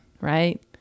right